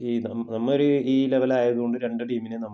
ഈ നമ്മ നമ്മള് ഈ ലെവലായതുകൊണ്ട് രണ്ട് ടീമിനെയും നമുക്ക്